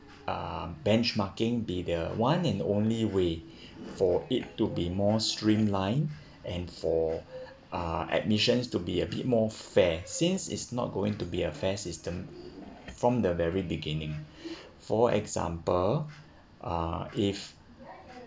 um benchmarking be the one and the only way for it to be more streamlined and for uh admissions to be a bit more fair since is not going to be a fair system from the very beginning for example uh if